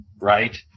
right